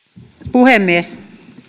puhemies